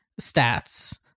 stats